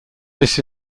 this